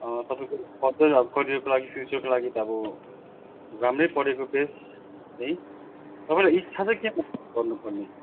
तपाईँको त्यही त अब करियरको लागि फ्युचरको लागि त अब राम्रै पढेको बेस्ट है तपाईँलाई इच्छा चाहिँ के छ गर्नुपर्ने